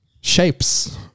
shapes